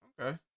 Okay